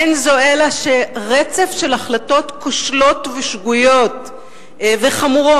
אין זו אלא שרצף של החלטות כושלות ושגויות וחמורות,